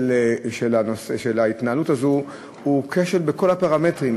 של ההתנהלות הזאת הוא כשל בכל הפרמטרים,